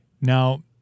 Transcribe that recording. now